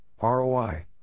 ROI